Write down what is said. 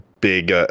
big